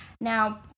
Now